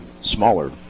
smaller